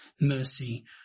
mercy